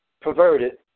perverted